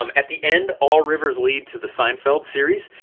um at the end, all rivers lead to the seinfeld series.